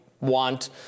want